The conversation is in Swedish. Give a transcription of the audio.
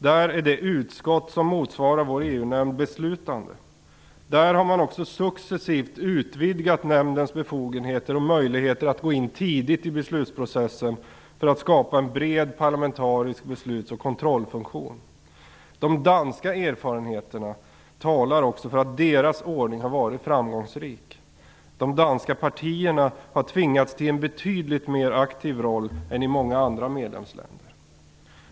Där är det utskott som motsvarar vår EU-nämnd beslutande. Där har man också successivt utvidgat nämndens befogenheter och möjligheter att gå in tidigt i beslutsprocessen för att skapa en bred parlamentarisk besluts och kontrollfunktion. De danska erfarenheterna talar också för att deras ordning har varit framgångsrik. De danska partierna har tvingats till en betydligt mer aktiv roll än partierna i många andra medlemsländer.